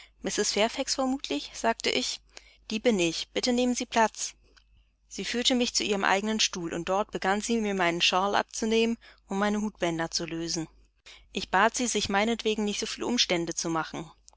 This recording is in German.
fragte ich die bin ich bitte nehmen sie platz sie führte mich zu ihrem eigenen stuhl und dort begann sie mir meinen shawl abzunehmen und meine hutbänder zu lösen ich bat sie sich meinetwegen nicht so viel umstände zu machen